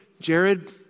Jared